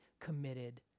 committed